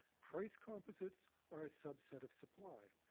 price composites are a subset of supply.